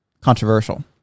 controversial